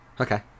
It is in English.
Okay